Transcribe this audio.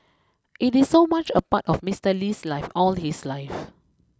it is so much a part of Mister Lee's life all his life